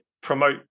promote